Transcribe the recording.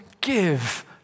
give